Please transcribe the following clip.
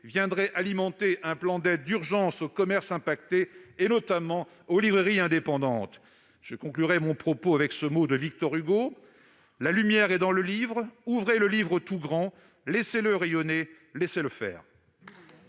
viendraient alimenter un plan d'aide d'urgence aux commerces touchés, notamment aux librairies indépendantes. Je conclurai mon propos avec cette citation de Victor Hugo :« La lumière est dans le livre. Ouvrez le livre tout grand. Laissez-le rayonner, laissez-le faire.